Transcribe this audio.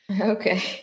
Okay